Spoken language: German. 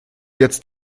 jetzt